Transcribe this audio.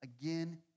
again